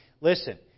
listen